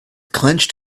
clenched